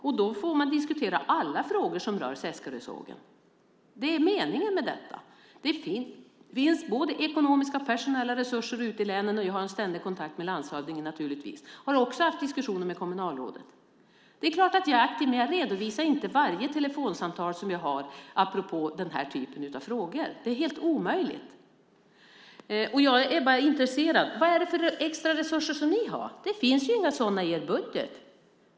Man får då diskutera alla frågor som rör Seskarösågen. Det finns ekonomiska och personella resurser ute i länen, och jag har en ständig kontakt med landshövdingen. Jag har också haft diskussioner med kommunalråden. Det är klart att jag är aktiv. Men jag redovisar inte varje telefonsamtal som jag har apropå den här typen av frågor. Det är helt omöjligt. Jag är intresserad av att veta vad det är för extraresurser som ni har. Det finns inga sådana i er budget.